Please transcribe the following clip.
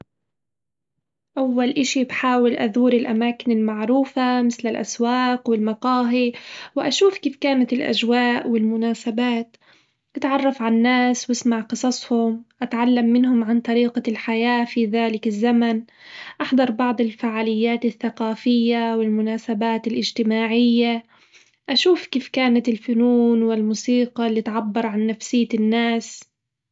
أول إشي بحاول أزور الأماكن المعروفة مثل الأسواق والمقاهي وأشوف كيف كانت الأجواء والمناسبات، بتعرف على الناس واسمع قصصهم أتعلم منهم عن طريقة الحياة في هذا الزمن، أحضر بعض الفعاليات الثقافية والمناسبات الاجتماعية، أشوف كيف كانت الفنون والموسيقى اللي تعبر عن نفسية الناس.